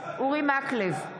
אורי מקלב,